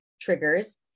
triggers